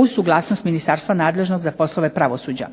uz suglasnost ministarstva nadležnog za poslove pravosuđa.